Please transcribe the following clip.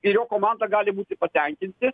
ir jo komanda gali būti patenkinti